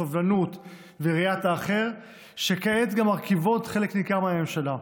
סובלנות וראיית האחר שכעת גם מרכיבות חלק ניכר מהממשלה.